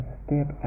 step